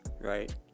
right